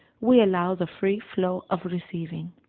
we allow the free flow of receiving.